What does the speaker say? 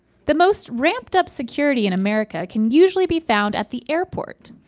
the most ramped up security in america can usually be found at the airport.